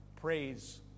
praise